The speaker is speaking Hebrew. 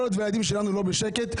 כל עוד שהילדים שלנו לא בשקט,